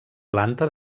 planta